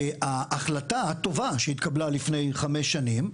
וההחלטה הטובה, שהתקבלה לפני חמש שנים,